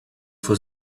for